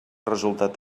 resultat